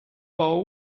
bowl